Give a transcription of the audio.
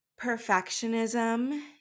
perfectionism